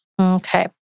Okay